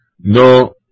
No